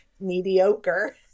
mediocre